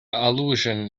allusion